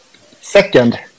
Second